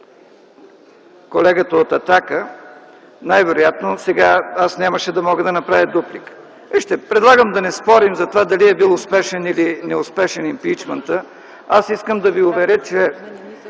колегата от „Атака”, най-вероятно сега аз нямаше да мога да направя дуплика. Предлагам да не спорим за това дали е бил успешен или неуспешен импийчмънтът . Аз искам да Ви уверя, че